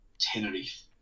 Tenerife